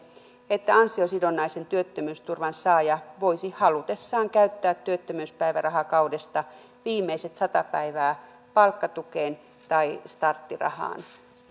että ansiosidonnaisen työttömyysturvan saaja voisi halutessaan käyttää työttömyyspäivärahakaudesta viimeiset sata päivää palkkatukeen tai starttirahaan